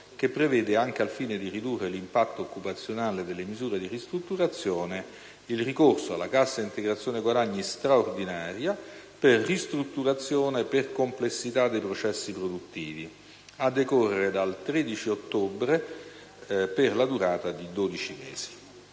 che prevede, anche al fine di ridurre l'impatto occupazionale delle misure di ristrutturazione, il ricorso alla cassa integrazione guadagni straordinaria «per ristrutturazione per complessità dei processi produttivi» a decorrere dal 13 ottobre 2012, per la durata di dodici mesi.